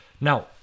Now